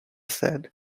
said